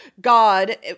God